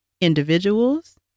individuals